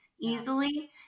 easily